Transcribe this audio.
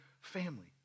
family